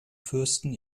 fürsten